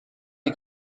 die